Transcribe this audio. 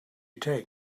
take